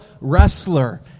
wrestler